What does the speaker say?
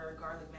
garlic